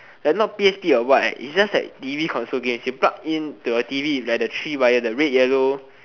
they're not p_s_p or what eh it's just that t_v console games you plug in to your t_v like the three wire the red yellow